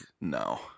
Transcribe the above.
no